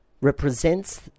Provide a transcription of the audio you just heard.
represents